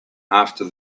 after